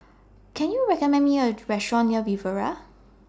Can YOU recommend Me A Restaurant near Riviera